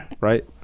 Right